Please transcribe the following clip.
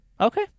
Okay